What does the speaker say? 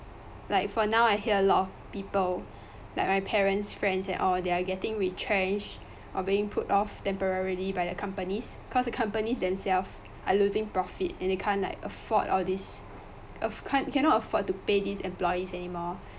like for now I hear a lot of people like my parents friends and all they are getting retrenched or being put off temporarily by the companies because the companies themself are losing profit then they can't like afford all this can't cannot afford to pay these employees anymore